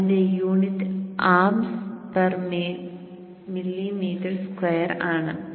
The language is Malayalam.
അതിന്റെ unit amps per mm square ആണ്